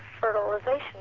fertilization